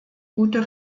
gute